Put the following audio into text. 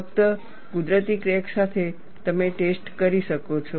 ફક્ત કુદરતી ક્રેક સાથે તમે ટેસ્ટ કરી શકો છો